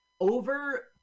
Over